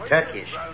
Turkish